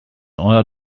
order